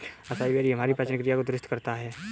acai berry हमारी पाचन क्रिया को दुरुस्त करता है